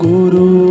Guru